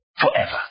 forever